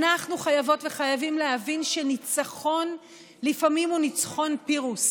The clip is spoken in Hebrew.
אנחנו חייבות וחייבים להבין שניצחון לפעמים הוא ניצחון פירוס